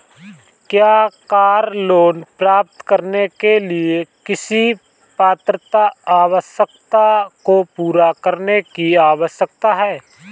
क्या car loan प्राप्त करने के लिए किसी पात्रता आवश्यकता को पूरा करने की आवश्यकता है?